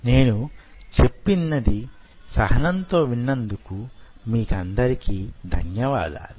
నేను చెప్పినది సహనం తో విన్నందుకు మీకందరికీ నా ధన్యవాదాలు